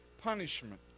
punishment